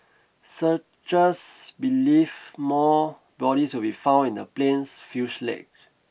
searchers believe more bodies will be found in the plane's fuselage